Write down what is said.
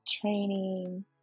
training